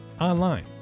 online